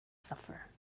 suffer